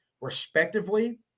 respectively